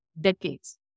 decades